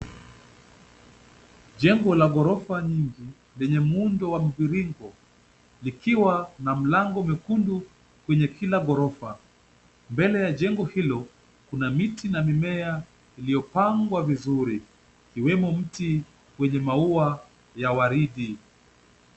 Jengo la ghorofa nyingi, lenye muundo wa mviringo, likiwa na mlango mwekundu kwenye kila ghorofa. Mbele ya jengo hilo kuna miti na mimea iliyopangwa vizuri ikiwemo mti wenye maua ya waridi.